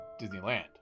Disneyland